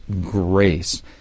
grace